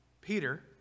Peter